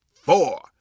four